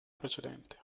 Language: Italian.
precedente